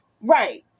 Right